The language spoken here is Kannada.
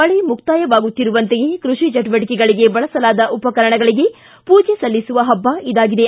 ಮಳೆ ಮುಕ್ತಾಯವಾಗುತ್ತಿರುವಂತೆಯೇ ಕೃಷಿ ಚಟುವಟಿಕೆಗಳಿಗೆ ಬಳಸಲಾದ ಉಪಕರಣಗಳಿಗೆ ಮೂಜೆ ಸಲ್ಲಿಸುವ ಹಬ್ಬ ಇದಾಗಿದೆ